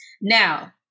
Now